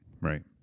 Right